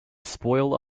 spoil